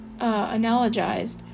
analogized